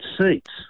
seats